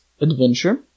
adventure